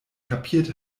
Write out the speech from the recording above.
kapiert